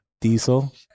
Diesel